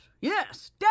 Yes